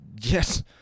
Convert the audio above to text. Yes